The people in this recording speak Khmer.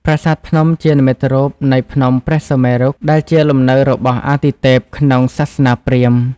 ប្រាសាទភ្នំជានិមិត្តរូបនៃភ្នំព្រះសុមេរុ ដែលជាលំនៅរបស់អាទិទេពក្នុងសាសនាព្រាហ្មណ៍។